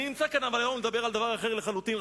אבל אני נמצא כאן היום לדבר על דבר אחר לחלוטין,